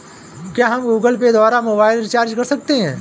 क्या हम Google Pay द्वारा मोबाइल रिचार्ज कर सकते हैं?